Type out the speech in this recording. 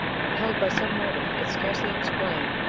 impelled by some motive he could scarcely explain,